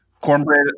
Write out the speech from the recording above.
Cornbread